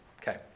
Okay